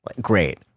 great